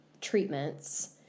treatments